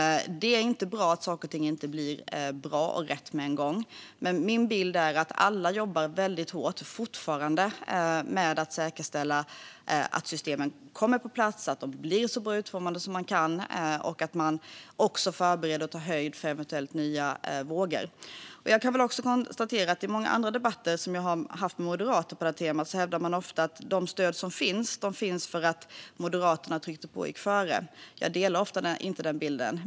Det är inte bra att saker och ting inte blir bra och rätt med en gång. Min bild är att alla fortfarande jobbar väldigt hårt med att säkerställa att systemen kommer på plats och att de blir så bra utformande som de kan. Det gäller också att man förbereder och tar höjd för eventuella nya vågor. Jag kan också konstatera att i många andra debatter som jag haft med moderater på det här temat hävdar man ofta att de stöd som finns, de finns för att Moderaterna tryckte på och gick före. Jag delar inte den bilden.